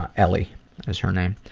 ah ellie is her name.